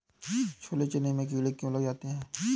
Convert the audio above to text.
छोले चने में कीड़े क्यो लग जाते हैं?